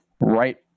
right